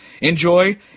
Enjoy